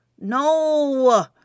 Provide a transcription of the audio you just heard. No